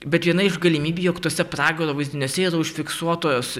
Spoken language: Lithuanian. bet viena iš galimybių jog tuose pragaro vaizdiniuose yra užfiksuotos